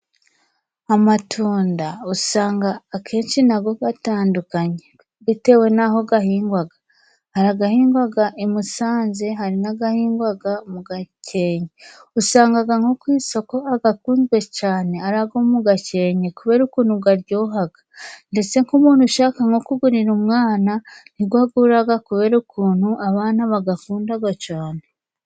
Amatunda usanga akenshi na go gatandukanye. Bitewe n'aho gahingwaga, hari agahingwaga i Musanze hari n'agahingwaga mu Gakenke. Usangaga nko ku isoko agakunzwe cane ari ago mu Gakenke kubera ukuntu garyohaga. Ndetse nk' umuntu ushaka nko kugurira umwana ni go aguraga kubera ukuntu abana bagakundaga cane.